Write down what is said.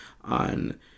on